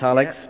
Alex